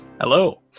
Hello